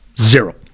zero